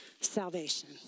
salvation